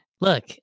look